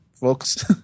folks